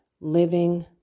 living